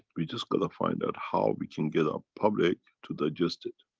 we just gonna find out how we can get our public to digest it.